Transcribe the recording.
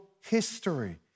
history